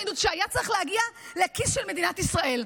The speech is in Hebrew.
שהיה צריך להגיע לכיס של מדינת ישראל.